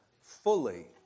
fully